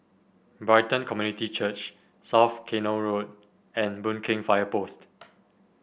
Brighton Community Church South Canal Road and Boon Keng Fire Post